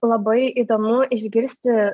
labai įdomu išgirsti